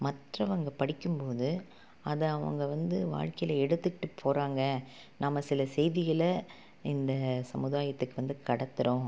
மற்றவங்க படிக்கும்போது அதை அவங்க வந்து வாழ்க்கையில் எடுத்துகிட்டு போகிறாங்க நம்ம சில செய்திகளை இந்த சமுதாயத்துக்கு வந்து கடத்துகிறோம்